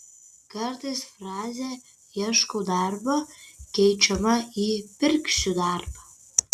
kartais frazė ieškau darbo keičiama į pirksiu darbą